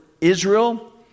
Israel